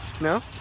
no